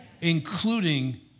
Including